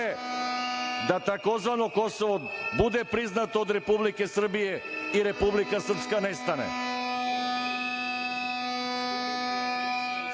da tzv. Kosovo bude priznato od Republike Srbije i Republika Srpska nestane. Pored